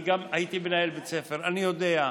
אני גם הייתי מנהל בית ספר, אני יודע.